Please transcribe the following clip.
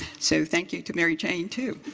so thank you to mary jane too.